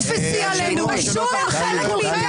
תתביישו לכם.